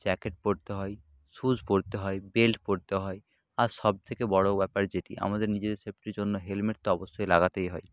jacket পরতে হয় shoes পরতে হয় বেল্ট পরতে হয় আর সবথেকে বড়ো ব্যাপার যেটি আমাদের নিজেদের সেফটির জন্য হেলমেট তো অবশ্যই লাগাতেই হয়